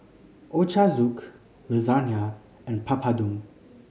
Ochazuke Lasagna and Papadum